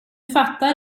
fattar